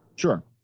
Sure